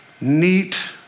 neat